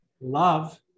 love